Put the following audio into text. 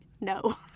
no